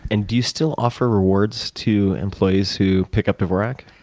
and do you still offer rewards to employees who pick up dvorak?